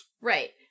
Right